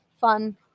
fun